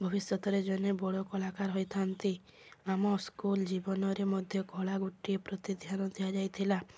ଭବିଷ୍ୟତରେ ଜଣେ ବଡ଼ କଳାକାର ହୋଇଥାନ୍ତି ଆମ ସ୍କୁଲ୍ ଜୀବନରେ ମଧ୍ୟ କଳା ଗୋଟିଏ ପ୍ରତି ଧ୍ୟାନ ଦିଆଯାଇଥିଲା